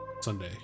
Sunday